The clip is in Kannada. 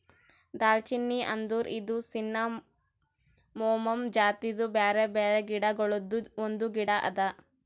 ದಾಲ್ಚಿನ್ನಿ ಅಂದುರ್ ಇದು ಸಿನ್ನಮೋಮಮ್ ಜಾತಿದು ಬ್ಯಾರೆ ಬ್ಯಾರೆ ಗಿಡ ಗೊಳ್ದಾಂದು ಒಂದು ಗಿಡ ಅದಾ